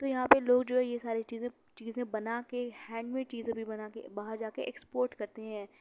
تو یہاں پہ لوگ جو ہے یہ ساری چیزں چیزیں بنا کے ہینڈ میڈ چیزیں بھی بنا کے باہر جا کے ایکسپورٹ کرتے ہیں